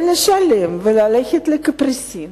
ולשלם וללכת לקפריסין